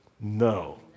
No